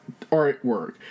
artwork